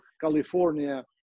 California